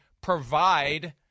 provide